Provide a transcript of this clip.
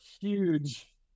huge